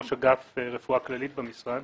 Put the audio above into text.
ראש אגף רפואה כללית במשרד.